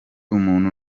umuntu